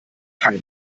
keine